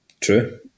True